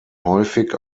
häufig